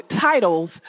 titles